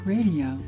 Radio